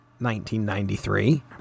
1993